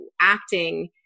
acting